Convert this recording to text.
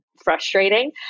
frustrating